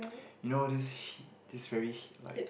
you know this this very like